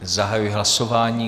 Zahajuji hlasování.